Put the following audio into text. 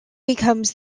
becomes